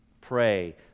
Pray